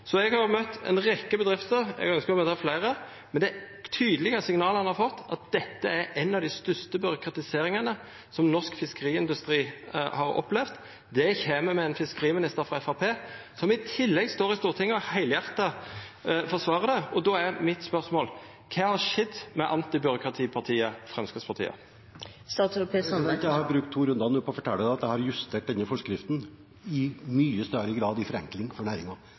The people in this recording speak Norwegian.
Eg har møtt ei rekkje bedrifter, og eg ønskjer å møta fleire. Men det er tydelege signal ein har fått: Dette er ei av dei største byråkratiseringane som norsk fiskeindustri har opplevd. Det kjem med ein fiskeriminister frå Framstegspartiet som i tillegg står i Stortinget og heilhjerta forsvarer det, og då er mitt spørsmål: Kva har skjedd med antibyråkratipartiet Framstegspartiet? Jeg har nå brukt to runder på å fortelle at jeg har justert denne forskriften til mye større grad av forenkling for